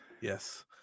Yes